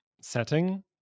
setting